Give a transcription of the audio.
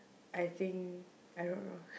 I think I don't know